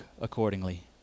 accordingly